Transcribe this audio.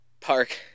park